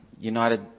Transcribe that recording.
United